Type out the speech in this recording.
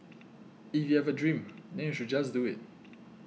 if you have a dream then you should just do it